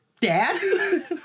Dad